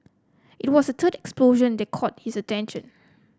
it was the third explosion that caught his attention